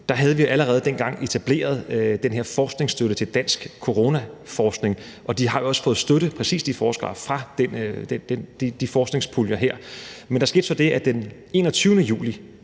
Der havde vi allerede dengang etableret den her forskningsstøtte til dansk coronaforskning, og de har jo også fået støtte – præcis de forskere – fra de her forskningspuljer. Men der skete så det, at vi den 21. juli